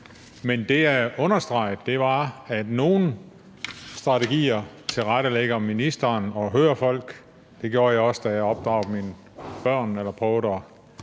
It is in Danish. Men det, jeg understregede, var, at nogle strategier tilrettelægger ministeren og hører folk. Det gjorde jeg også, da jeg opdragede mine børn eller prøvede